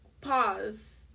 pause